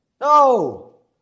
No